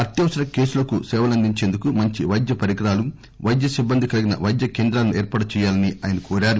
అత్యవసర కేసులకు సేవలందించేందుకు మంచి వైద్య పరికరాలు వైద్య సిబ్బంది కలిగిన వైద్య కేంద్రాలను ఏర్పాటు చేయాలని ఆయన కోరారు